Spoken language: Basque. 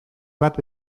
bat